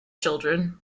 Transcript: children